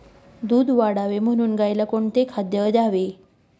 दूध वाढावे म्हणून गाईला कोणते खाद्य द्यावे?